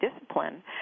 discipline